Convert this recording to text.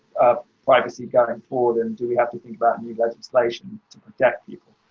ah, privacy going forward. and do we have to think about, and you guys installation to protect people?